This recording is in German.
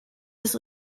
das